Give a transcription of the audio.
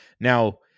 Now